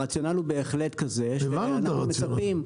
הרציונל הוא בהחלט כזה שאנחנו מצפים --- הבנו את הרציונל.